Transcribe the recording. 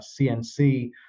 CNC